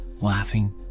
laughing